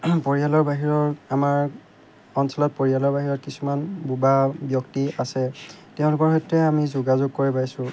পৰিয়ালৰ বাহিৰৰ আমাৰ অঞ্চলত পৰিয়ালৰ বাহিৰত কিছুমান বুবা ব্যক্তি আছে তেওঁলোকৰ সৈতে আমি যোগাযোগ কৰি পাইছোঁ